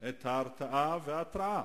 את ההרתעה וההתראה